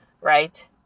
right